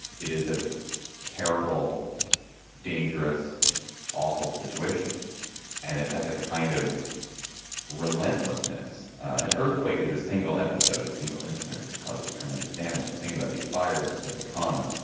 it is a terrible dangerous awful situation and it has a kind of relentlessness. an earthquake is a single episode a single incident which causes tremendous damage. the thing about these fires as they come.